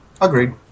Agreed